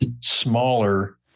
smaller